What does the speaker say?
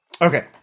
Okay